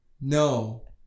No